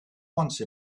once